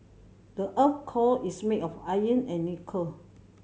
the earth's core is made of iron and nickel